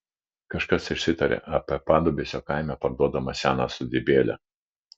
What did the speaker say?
kažkas išsitarė apie padubysio kaime parduodamą seną sodybėlę